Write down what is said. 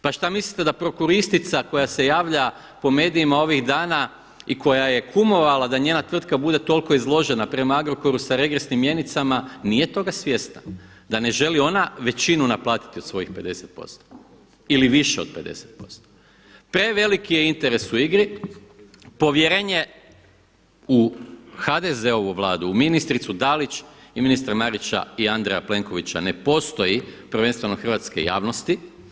Pa šta mislite da prokuristica koja se javlja po medijima ovih dana i koja je kumovala da njega tvrtka bude toliko izložena prema Agrokoru sa regresnim mjenicama nije toga svjesna da ne želi ona većinu naplatiti od svojih 50% preveliki je interes u igri, povjerenje u HDZ-ovu Vladu, u ministricu Dalić i ministra Marića i Andreja Plenkovića ne postoji, prvenstveno hrvatske javnosti.